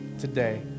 today